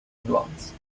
advance